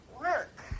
work